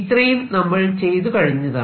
ഇത്രയും നമ്മൾ ചെയ്തുകഴിഞ്ഞതാണ്